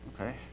okay